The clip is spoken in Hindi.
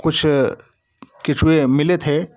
कुछ केचुए मिले थे